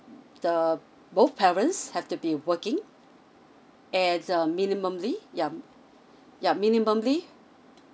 the both parents have to be working as a minimally yeah minimally